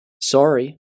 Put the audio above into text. Sorry